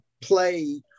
play